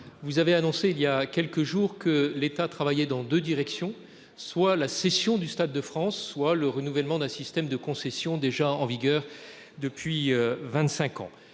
vous avez annoncé il y a quelques jours que l'État travailler dans 2 directions, soit la session du Stade de France, soit le renouvellement d'un système de concessions déjà en vigueur depuis 25 ans,